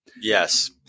yes